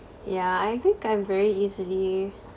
yeah I think I'm very easily